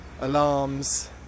alarms